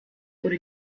wurde